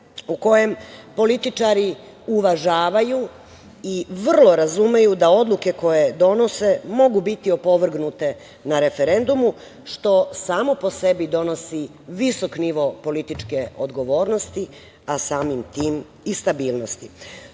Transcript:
u kojem političari uvažavaju i vrlo razumeju da odluke koje donose mogu biti opovrgnute na referendumu, što samo po sebi donosi visok nivo političke odgovornosti, a samim tim i stabilnosti. Švajcarci